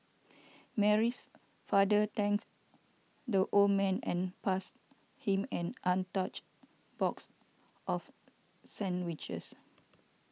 mary's father thanked the old man and passed him an untouched box of sandwiches